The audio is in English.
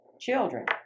Children